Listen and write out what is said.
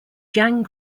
jang